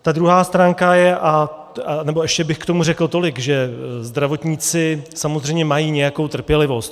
Ta druhá stránka je nebo ještě bych k tomu řekl tolik, že zdravotníci samozřejmě mají nějakou trpělivost.